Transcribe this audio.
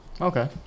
Okay